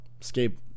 escape